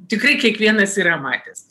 tikrai kiekvienas yra matęs